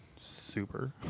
Super